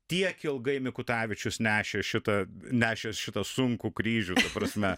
tiek ilgai mikutavičius nešė šitą nešės šitą sunkų kryžių šia prasme